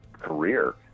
career